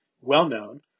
well-known